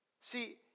See